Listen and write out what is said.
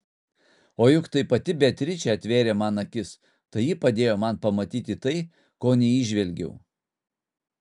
o juk tai pati beatričė atvėrė man akis tai ji padėjo man pamatyti tai ko neįžvelgiau